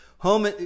Home